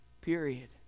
period